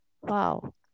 Wow